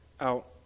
out